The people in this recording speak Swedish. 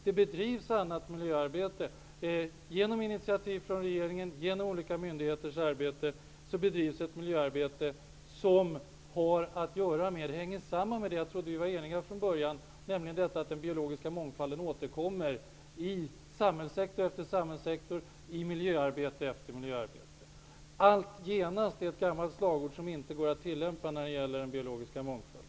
Det bedrivs annat miljöarbete genom initiativ från regeringen och genom olika myndigheters arbete, som hänger samman med att den biologiska mångfalden återverkar i samhällssektor efter samhällssektor, i miljöarbete efter miljöarbete. ''Allt -- genast'' är ett gammalt slagord som inte går att tillämpa när det gäller den biologiska mångfalden.